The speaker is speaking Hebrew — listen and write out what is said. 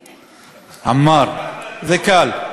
עמאר, זה קל.